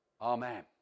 Amen